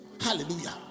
Hallelujah